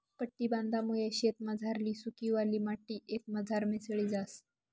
पट्टी बांधामुये शेतमझारली सुकी, वल्ली माटी एकमझार मिसळी जास